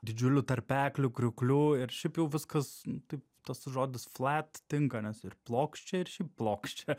didžiulių tarpeklių krioklių ir šiaip jau viskas taip tas žodis flat tinka nes ir plokščia ir šiaip plokščia